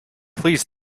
please